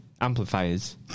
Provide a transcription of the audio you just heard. Amplifiers